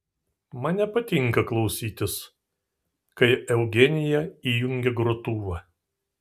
man nepatinka klausytis kai eugenija įjungia grotuvą